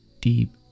deep